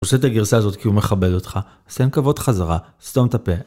עושה את הגרסה הזאת כי הוא מכבד אותך, אז תן כבוד חזרה, סתום את הפה.